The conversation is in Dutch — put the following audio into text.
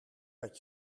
dat